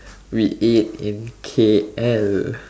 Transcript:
we ate in K_L